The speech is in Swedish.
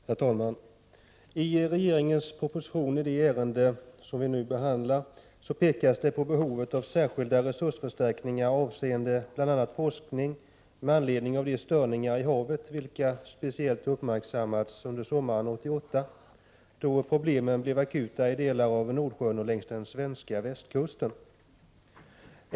Herr talman! I regeringens proposition i det ärende som vi nu behandlar pekas på behovet av särskilda resursförstärkningar avseende bl.a. forskning med anledning av de störningar i havet vilka speciellt har uppmärksammats under sommaren 1988, då problemen blev akuta i delar av Nordsjön och längs den svenska västkusten.